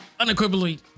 unequivocally